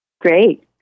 Great